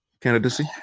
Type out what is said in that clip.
candidacy